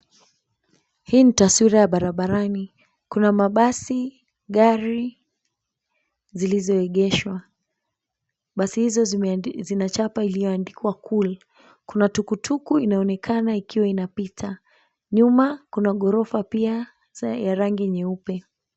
Hii ni taswira ya barabarani. Kuna mabasi, gari, zilizoegeshwa. Basi hizo zina chapa iliyoandikwa "Cool". Kuna tukutuku inayoonekana ikiwa inapita. Nyuma kuna gorofa pia ya rangi nyeupe.